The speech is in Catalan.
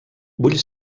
vull